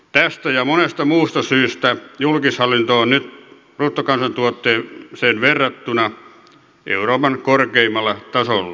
tästä ja monesta muusta syystä julkishallinto on nyt bruttokansantuotteeseen verrattuna euroopan korkeimmalla tasolla